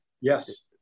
Yes